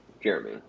Jeremy